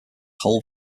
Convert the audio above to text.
whole